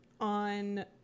on